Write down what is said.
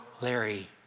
Larry